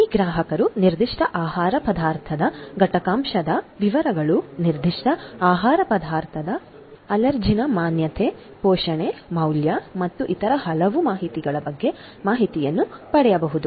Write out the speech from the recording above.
ಈ ಗ್ರಾಹಕರು ನಿರ್ದಿಷ್ಟ ಆಹಾರ ಪದಾರ್ಥದ ಘಟಕಾಂಶದ ವಿವರಗಳು ನಿರ್ದಿಷ್ಟ ಆಹಾರ ಪದಾರ್ಥದ ಅಲರ್ಜಿನ್ ಮಾನ್ಯತೆ ಪೋಷಣೆ ಮೌಲ್ಯ ಮತ್ತು ಇತರ ಹಲವು ಮಾಹಿತಿಗಳ ಬಗ್ಗೆ ಮಾಹಿತಿಯನ್ನು ಪಡೆಯಬಹುದು